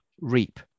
reap